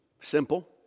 simple